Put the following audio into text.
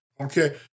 okay